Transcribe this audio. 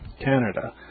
Canada